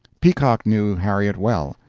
peacock knew harriet well,